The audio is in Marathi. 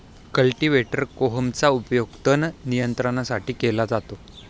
कल्टीवेटर कोहमचा उपयोग तण नियंत्रणासाठी केला जातो